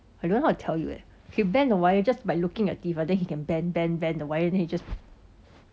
I don't know how to tell you eh he'll bend the wire just by looking at teeth ah but then he can bend bend bend the wire and he just